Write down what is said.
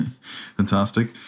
Fantastic